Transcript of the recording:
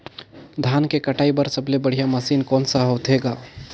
धान के कटाई बर सबले बढ़िया मशीन कोन सा होथे ग?